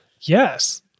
Yes